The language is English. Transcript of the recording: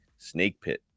snakepit